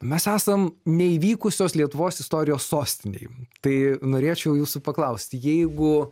mes esam neįvykusios lietuvos istorijos sostinėj tai norėčiau jūsų paklausti jeigu